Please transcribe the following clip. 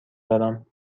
دارم